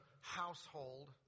household